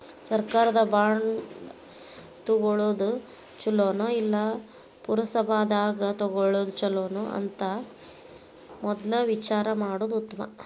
ಸರ್ಕಾರದ ಬಾಂಡ ತುಗೊಳುದ ಚುಲೊನೊ, ಇಲ್ಲಾ ಪುರಸಭಾದಾಗ ತಗೊಳೊದ ಚುಲೊನೊ ಅಂತ ಮದ್ಲ ವಿಚಾರಾ ಮಾಡುದ ಉತ್ತಮಾ